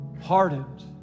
hardened